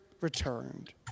returned